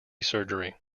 surgery